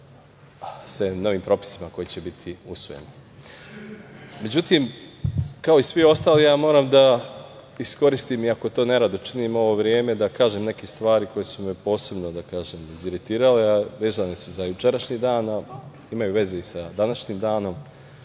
se novim propisima koji će biti usvojeni.Međutim, kao i svi ostali, ja moram da iskoristim i ako to nerado činimo ovo vreme da kažem neke stvari koje su me posebno iziritirale, a vezane su za jučerašnji dan, imaju veze i sa današnjim danom,